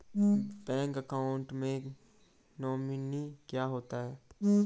Bank account में nominee क्या होता है?